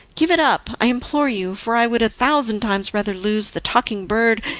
give it up, i implore you, for i would a thousand times rather lose the talking bird,